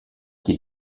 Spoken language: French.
qui